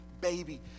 baby